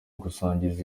gusangiza